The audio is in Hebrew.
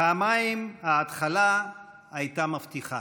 פעמיים ההתחלה הייתה מבטיחה,